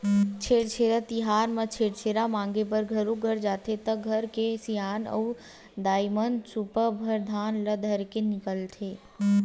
छेरछेरा तिहार म छेरछेरा मांगे बर घरो घर जाथे त घर के सियान अऊ दाईमन सुपा भर धान ल धरके निकलथे